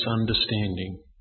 understanding